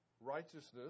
righteousness